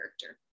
character